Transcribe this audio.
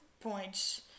points